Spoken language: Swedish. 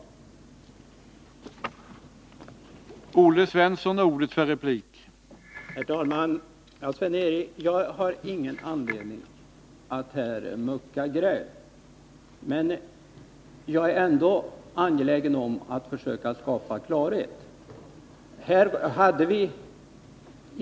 Tisdagen den